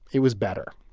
it was better.